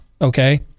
okay